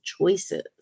choices